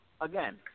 again